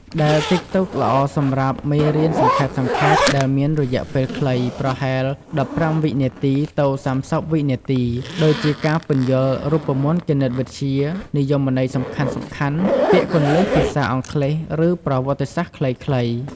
ដែលតិកតុក ល្អសម្រាប់មេរៀនសង្ខេបៗដែលមានរយៈពេលខ្លី ប្រហែល១៥ វិនាទី ទៅ ៣០ វិនាទី ដូចជា ការពន្យល់រូបមន្តគណិតវិទ្យា និយមន័យសំខាន់ៗ ពាក្យគន្លឹះភាសាអង់គ្លេស ឬប្រវត្តិសាស្ត្រខ្លីៗ។